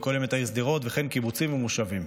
וכולל את העיר שדרות וכן קיבוצים ומושבים.